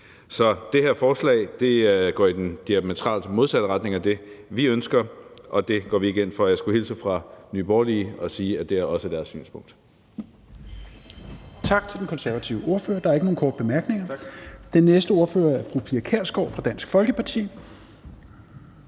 Så det her forslag går i den diametralt modsatte retning af det, vi ønsker, og det går vi ikke ind for. Jeg skulle hilse fra Nye Borgerlige og sige, at det også er deres synspunkt.